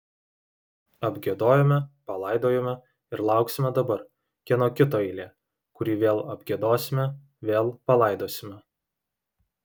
apgiedojome palaidojome ir lauksime dabar kieno kito eilė kurį vėl apgiedosime vėl palaidosime